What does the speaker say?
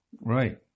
right